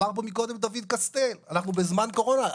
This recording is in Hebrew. אמר פה מקודם דוד קסטל: אנחנו בזמן קורונה,